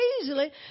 easily